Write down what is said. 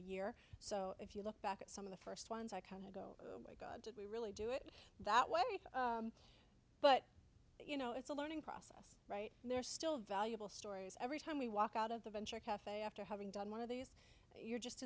year so if you look back at some of the first ones i kind of go did we really do it that way but you know it's a learning process right and there are still valuable stories every time we walk out of the venture caf after having done one of these you're just